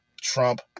Trump